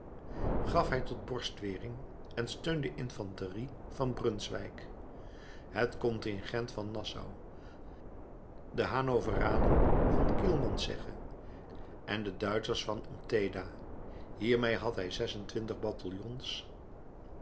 gaf hij tot borstwering en steun de infanterie van brunswijk het contingent van nassau de hanoveranen van kielmansegge en de duitschers van ompteda hiermede had hij zes en twintig bataljons